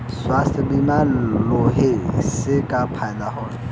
स्वास्थ्य बीमा लेहले से का फायदा होला?